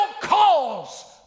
cause